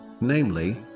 namely